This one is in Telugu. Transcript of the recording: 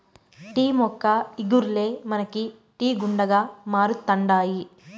టీ మొక్క ఇగుర్లే మనకు టీ గుండగా మారుతండాయి